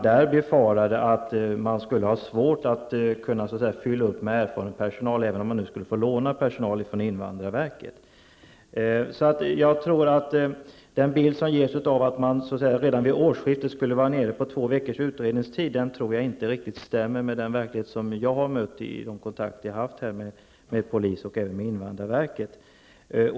Därför befarade man att det skulle bli svårt att kunna fylla ut med erfaren personal, även om man skulle få låna personal från invandrarverket. Den bild som här ges, att man redan vid årsskiftet skulle vara nere på två veckors utredningstid, tror jag inte riktigt stämmer med den verklighet som jag har mött i de kontakter som jag har haft med polisen och invandrarverket.